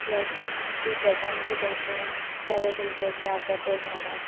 plus एक डिझटान किदें एशें बरें तुमचें अशें आसा तें धाडात